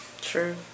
True